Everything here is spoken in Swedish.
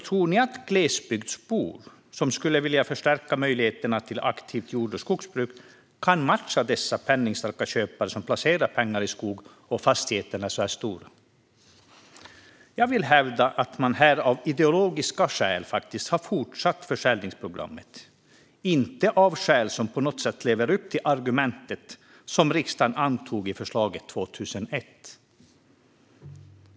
Tror ni att glesbygdsbor som skulle vilja förstärka möjligheterna till aktivt jord och skogsbruk kan matcha dessa penningstarka köpare som placerar pengar i så stora fastigheter? Jag hävdar att man har fortsatt försäljningsprogrammet av ideologiska skäl, inte av skäl som på något sätt lever upp till argumentet som riksdagen antog i förslaget 2001.